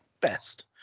best